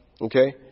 Okay